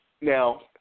Now